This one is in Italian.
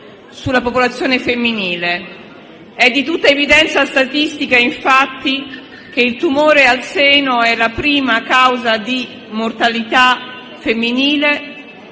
sulla popolazione femminile. È di tutta evidenza statistica, infatti, che il tumore al seno è la prima causa di mortalità femminile